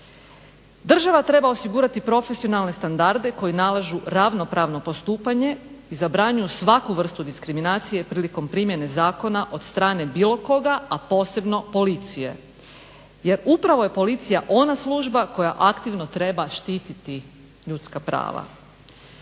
Država treba osigurati profesionalne standarde koji nalažu ravnopravno postupanje i zabranjuju svaku vrstu diskriminacije prilikom primjene zakona od strane bilo koga a posebno policije, jer upravo je policija ona služba koja aktivno treba štititi ljudska prava.